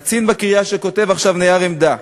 קצין בקריה שכותב עכשיו נייר עמדה,